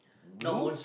blue